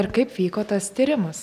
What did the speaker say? ir kaip vyko tas tyrimas